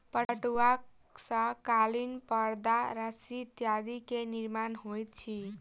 पटुआ सॅ कालीन परदा रस्सी इत्यादि के निर्माण होइत अछि